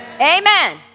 Amen